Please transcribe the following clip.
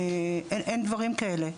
אין דברים כאלה,